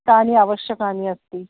तानि आवश्यकानि अस्ति